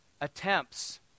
attempts